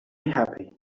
happy